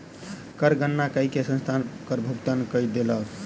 कर गणना कय के संस्थान कर भुगतान कय देलक